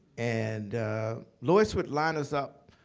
and lois would line us up,